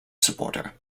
supporter